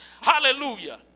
Hallelujah